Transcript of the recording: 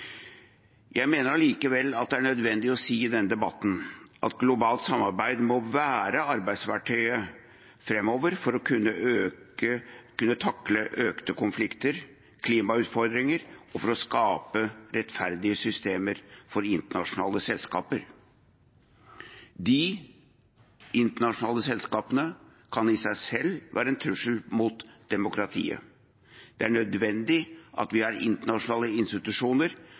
Jeg mener allikevel det er nødvendig å si i denne debatten at globalt samarbeid må være arbeidsverktøyet framover for å kunne takle økte konflikter og klimautfordringer og for å skape rettferdige systemer for internasjonale selskaper. De internasjonale selskapene kan i seg selv være en trussel mot demokratiet. Det er nødvendig at vi har internasjonale institusjoner